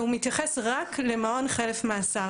והוא מתייחס רק למעון חלף מאסר.